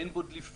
אין בו דליפה.